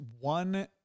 one